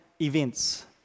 events